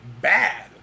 bad